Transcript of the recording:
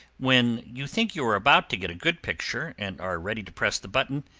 when you think you are about to get a good picture, and are ready to press the button,